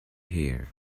here